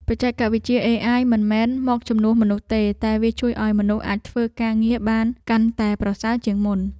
បច្ចេកវិទ្យាអេអាយមិនមែនមកជំនួសមនុស្សទេ តែវាជួយឱ្យមនុស្សអាចធ្វើការងារបានកាន់តែប្រសើរជាងមុន។